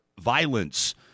violence